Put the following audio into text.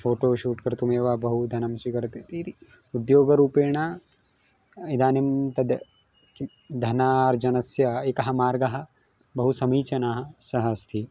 photo shoot कर्तुमेव बहु धनं स्वीकरति इति इति उद्योगरूपेण इदानीं तत् किं धनार्जनस्य एकः मार्गः बहु समीचनाः सः अस्ति